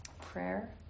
prayer